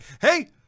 hey